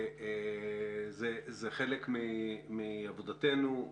זה חלק מעבודתנו.